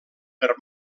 per